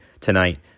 tonight